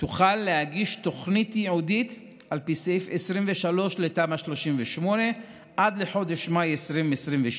תוכל להגיש תוכנית ייעודית על פי סעיף 23 לתמ"א 38 עד לחודש מאי 2022,